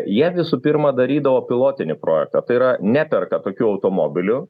jie visų pirma darydavo pilotinį projektą tai yra neperka tokių automobilių